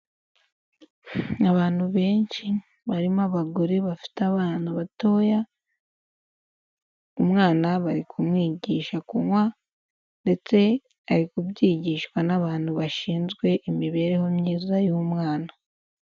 Abantu benshi barimo abagore bafite abana batoya, umwana bari kumwigisha kunywa ndetse ari kubyigishwa n'abantu bashinzwe imibereho myiza y'umwana.